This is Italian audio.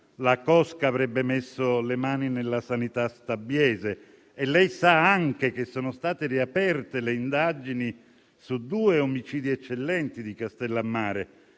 La cosca avrebbe messo le mani nella sanità stabiese. Sa anche che sono state riaperte le indagini su due omicidi eccellenti di Castellammare: